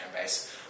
base